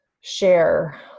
share